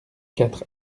quatre